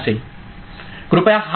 कृपया हा भाग समजून घ्या